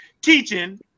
teaching